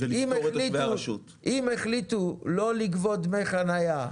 אם החליטו לא לגבות דמי חניה,